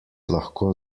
lahko